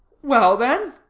well, then?